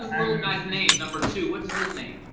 guys name? number two, what is his name?